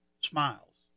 smiles